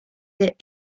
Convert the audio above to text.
est